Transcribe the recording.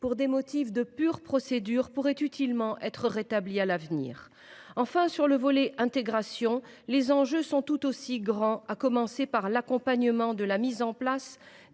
pour de purs motifs de procédure, pourrait utilement être rétablie à l’avenir. Enfin, sur le volet intégration, les enjeux sont tout aussi grands, à commencer par l’accompagnement de la mise en place